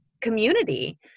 community